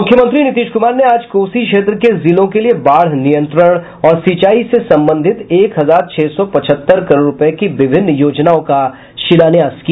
मुख्यमंत्री नीतीश कुमार ने आज कोसी क्षेत्र के जिलों के लिये बाढ़ नियंत्रण और सिंचाई से संबंधित एक हजार छह सौ पचहत्तर करोड़ रूपये की विभिन्न योजनाओं का शिलान्यास किया